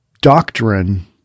doctrine